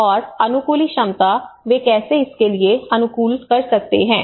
और अनुकूली क्षमता वे कैसे इस के लिए अनुकूल कर सकते हैं